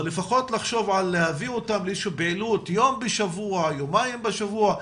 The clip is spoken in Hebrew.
אבל לפחות לחשוב להביא אותם לאיזו שהיא פעילות יום או יומיים בשבוע,